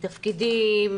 תפקידים,